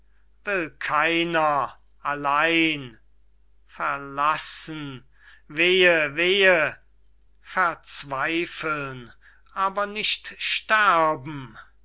will keiner allein verlassen wehe wehe verzweifeln aber nicht sterben